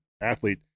athlete